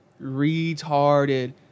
retarded